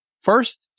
First